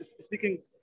speaking